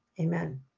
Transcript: amen